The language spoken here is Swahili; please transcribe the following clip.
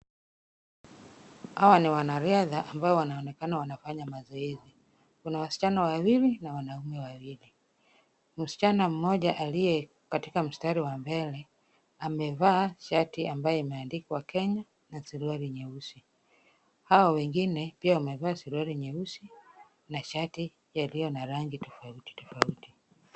Hawa ni wanariadha ambayo wanaonekana wanafanya mazoezi. Kuna wasichana wawili na wanaume wawili. Msichana mmoja aliye katika mstari wa mbele, amevaa shati ambayo imeandikwa Kenya na suruali nyeusi. Hao wengine pia wamevaa suruali nyeusi na shati yaliyo na rangi tofauti tofauti.